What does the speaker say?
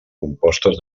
compostes